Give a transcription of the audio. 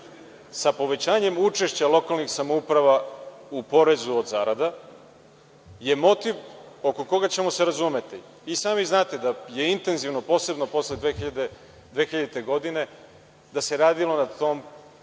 sa povećanjem učešća lokalnih samouprava u porezu od zarada, motiv je oko koga ćemo se razumeti. I sami znate da se intenzivno, posebno posle 2000. godine, radilo na tom